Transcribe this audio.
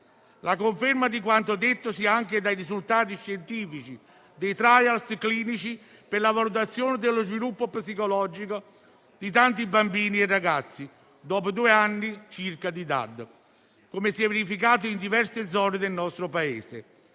La conferma di quanto detto si ha anche dai risultati scientifici dei *trials* clinici per la valutazione dello sviluppo psicologico di tanti bambini e ragazzi dopo circa due anni di didattica a distanza, come si è verificato in diverse zone del nostro Paese,